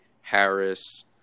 Harris